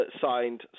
signed